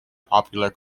popular